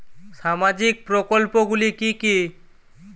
সামাজিক প্রকল্পগুলি কি কি?